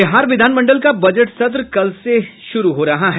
बिहार विधानमंडल का बजट सत्र कल से शुरू हो रहा है